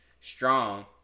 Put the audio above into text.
strong